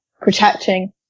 protecting